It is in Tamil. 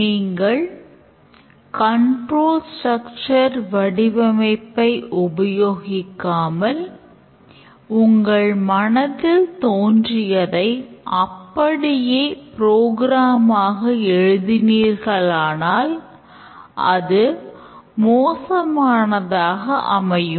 நீங்கள் கண்ட்ரோல் ஸ்ட்ரக்சர்ஆக எழுதினீர்களானால் அது மோசமானதாக அமையும்